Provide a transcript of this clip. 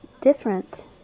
different